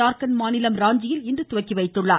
ஜார்க்கண்ட் மாநிலம் ராஞ்சியில் இன்று துவக்கி வைத்தார்